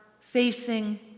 facing